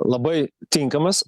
labai tinkamas